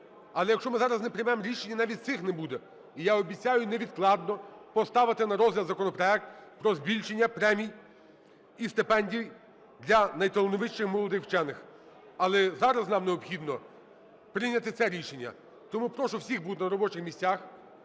але, якщо ми зараз не приймемо рішення, навіть цих не буде. І я обіцяю невідкладно поставити на розгляд законопроект про збільшення премій і стипендій для найталановитіших молодих вчених. Але зараз нам необхідно прийняти це рішення, тому прошу всіх бути на робочих місцях,